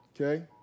Okay